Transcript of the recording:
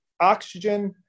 Oxygen